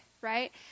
right